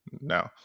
No